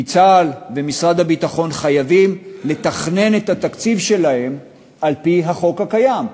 כי צה"ל ומשרד הביטחון חייבים לתכנן את התקציב שלהם על-פי החוק הקיים,